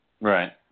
Right